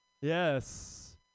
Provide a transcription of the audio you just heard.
Yes